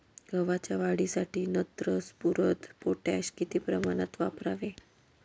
गव्हाच्या वाढीसाठी नत्र, स्फुरद, पोटॅश किती प्रमाणात वापरावे?